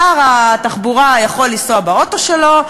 שר התחבורה יכול לנסוע באוטו שלו,